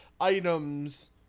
items